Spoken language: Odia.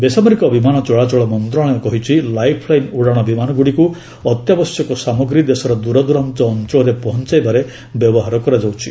ବେସାମରିକ ବିମାନ ଚଳାଚଳ ମନ୍ତ୍ରଣାଳୟ କହିଛି ଲାଇଫ୍ଲାଇନ୍ ଉଡ଼ାଣ ବିମାନଗୁଡ଼ିକୁ ଅତ୍ୟାବଶ୍ୟକୀୟ ସାମଗ୍ରୀ ଦେଶର ଦୂରଦୂରାନ୍ତ ଅଞ୍ଚଳରେ ପହଞ୍ଚାଇବାରେ ବ୍ୟବହାର କରାଯାଉଛି